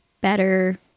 better